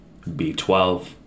B12